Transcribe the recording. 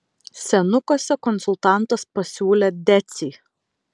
senukuose konsultantas pasiūlė decį